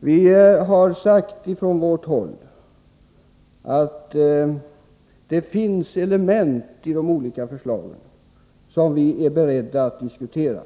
Vi har sagt från vårt håll att det finns element i de olika förslagen som vi är beredda att diskutera.